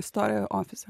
istoriją ofise